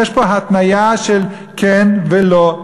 יש פה התניה של כן ולא,